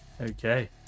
Okay